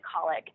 colic